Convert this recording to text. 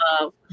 love